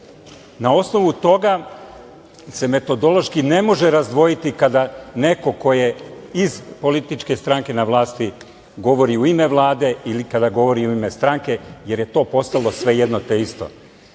Na osnovu toga se metodološki ne može razdvojiti kada neko ko je iz političke stranke na vlasti govori u ime Vlade ili kada govori u ime stranke, jer je to postalo sve jedno te